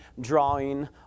drawing